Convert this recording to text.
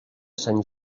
sant